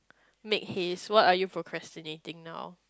make haste what are you procrastinating now